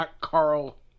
Carl